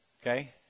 Okay